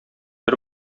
бер